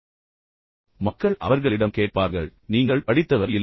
எனவே மக்கள் அவர்களிடம் கேட்பார்கள் நீங்கள் படித்தவர் இல்லையா